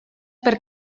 per